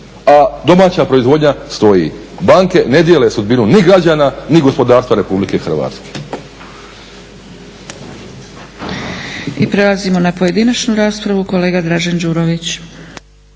a domaća proizvodnja stoji. Banke ne dijele sudbinu ni građana ni gospodarstva RH. **Zgrebec, Dragica (SDP)** I prelazimo na pojedinačnu raspravu. Kolega Dražen Đurović.